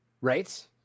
right